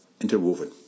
interwoven